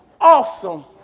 awesome